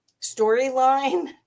storyline